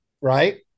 right